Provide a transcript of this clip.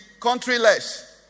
country-less